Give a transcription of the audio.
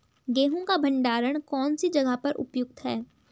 गेहूँ का भंडारण कौन सी जगह पर उपयुक्त है?